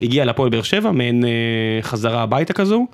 הגיעה להפועל באר שבע, מעין חזרה הביתה כזו.